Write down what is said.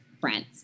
friends